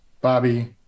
Bobby